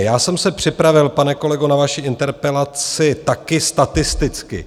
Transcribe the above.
Já jsem se připravil, pane kolego, na vaši interpelaci taky statisticky.